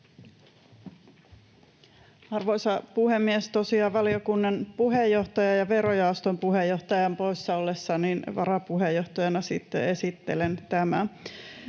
Arvoisa puhemies! Tosiaan valiokunnan puheenjohtajan ja verojaoston puheenjohtajan poissa ollessa varapuheenjohtajana sitten esittelen tämän.